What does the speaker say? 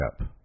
up